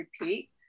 repeat